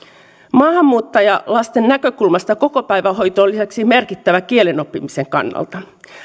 maahanmuuttajalasten näkökulmasta kokopäivähoito on lisäksi merkittävä kielen oppimisen kannalta